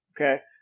Okay